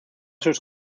sus